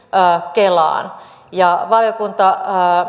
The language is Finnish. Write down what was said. kelaan valiokunta